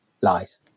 lies